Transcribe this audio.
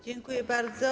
Dziękuję bardzo.